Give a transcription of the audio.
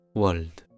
world